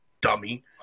dummy